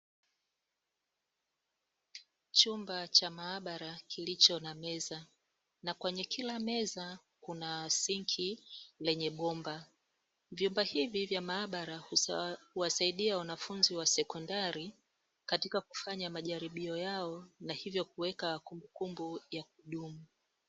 Chumba cha maabara kilicho na meza, na kwenye kila meza, kuna sinki lenye bomba. Vyumba hivi vya maabara, huwasaidia wanafunzi wa sekondari, katika kufanya majaribio yao, na hivyo kuweka kumbukumbu ya kudumu.